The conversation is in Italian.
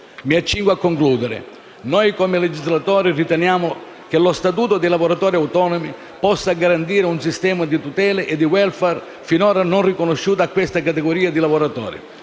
Mi accingo a concludere: noi, come legislatori, riteniamo che il cosiddetto statuto dei lavoratori autonomi possa garantire un sistema di tutele e di welfare finora non riconosciuto a questa categoria di lavoratori.